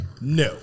No